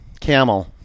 Camel